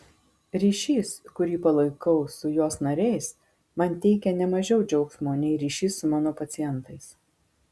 ryšys kurį palaikau su jos nariais man teikia ne mažiau džiaugsmo nei ryšys su mano pacientais